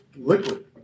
liquid